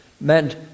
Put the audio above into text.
meant